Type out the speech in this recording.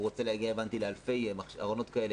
הבנתי שרוצים להגיע לאלפי ארונות כאלה.